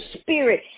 spirit